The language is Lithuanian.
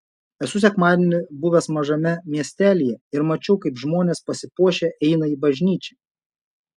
esu sekmadienį buvęs mažame miestelyje ir mačiau kaip žmonės pasipuošę eina į bažnyčią